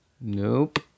nope